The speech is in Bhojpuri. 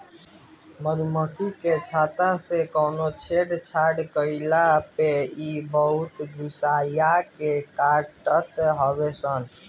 मधुमक्खी के छत्ता से कवनो छेड़छाड़ कईला पे इ बहुते गुस्सिया के काटत हई सन